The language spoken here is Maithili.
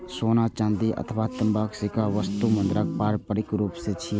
सोना, चांदी अथवा तांबाक सिक्का वस्तु मुद्राक पारंपरिक रूप छियै